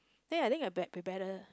think I think will be better